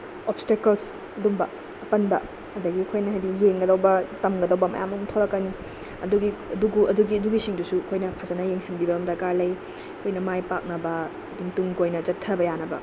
obstacles ꯑꯗꯨꯝꯕ ꯑꯄꯟꯕ ꯑꯗꯒꯤ ꯑꯩꯈꯣꯏꯅ ꯍꯥꯏꯗꯤ ꯌꯦꯡꯒꯗꯧꯕ ꯇꯝꯒꯗꯕ ꯃꯌꯥꯝ ꯑꯃ ꯊꯣꯂꯛꯀꯅꯤ ꯑꯗꯨꯒꯤꯁꯤꯡꯗꯨꯁꯨ ꯑꯩꯈꯣꯏꯅ ꯐꯖꯅ ꯌꯦꯡꯁꯤꯟꯕꯤꯕ ꯑꯃ ꯗꯔꯀꯥꯔ ꯂꯩ ꯑꯩꯈꯣꯏꯅ ꯃꯥꯏ ꯄꯥꯛꯅꯕ ꯑꯗꯨꯝ ꯇꯨꯡꯀꯣꯏꯅ ꯆꯠꯊꯕ ꯌꯥꯅꯕ